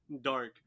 dark